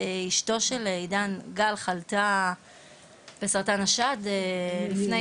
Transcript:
אשתו של עידן, גל, חלתה בסרטן השד לפני